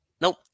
nope